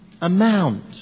amount